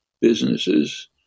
businesses